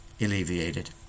alleviated